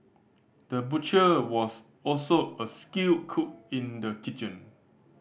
the butcher was also a skilled cook in the kitchen